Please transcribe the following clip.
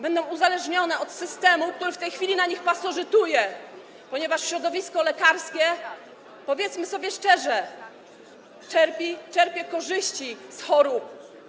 Będą uzależnione od systemu, który w tej chwili na nich pasożytuje, ponieważ środowisko lekarskie, powiedzmy sobie szczerze, czerpie korzyści z chorób.